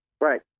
Right